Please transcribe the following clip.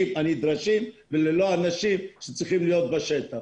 הנדרשים וללא האנשים שצריכים להיות בשטח.